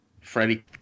Freddie